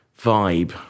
vibe